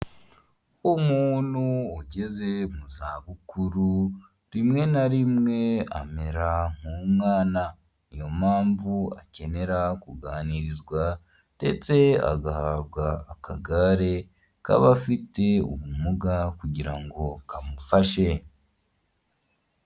Umuntu wageze mu za bukuru rimwe na rimwe amera nk'umwana, niyo mpamvu akenera kuganirizwa ndetse agahabwa akagare k'abafite ubumuga kugira ngo kamufashe.